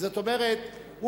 זאת אומרת,